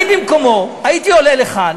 אני במקומו הייתי עולה לכאן,